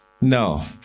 No